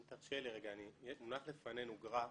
אם תרשה לי, מונח לפנינו גרף.